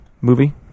movie